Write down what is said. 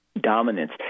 dominance